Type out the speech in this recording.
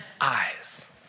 eyes